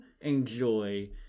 enjoy